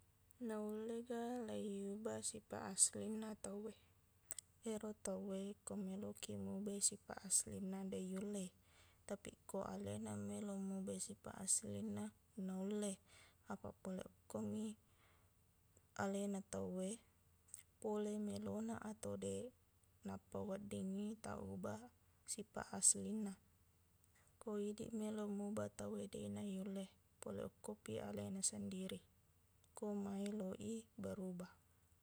Naullega leiyubah sipaq aslina tauwe ero tauwe ko meloqkiq mubai sipaq aslinna deq yullei tapiq ko alena meloq mubai sipaq aslinna naulle apaq pole okkomi alena tauwe pole meloqna ato deq nappa weddingngi taqubah sipaq aslinna ko idiq meloq muba tauwe deqna yulle pole okkopi alena sendiri ko maeloq i berubah